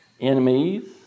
enemies